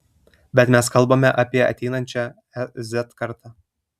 bet mes kalbame apie ateinančią z kartą